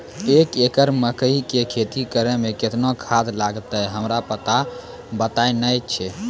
एक एकरऽ मकई के खेती करै मे केतना खाद लागतै हमरा पता नैय छै?